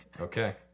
Okay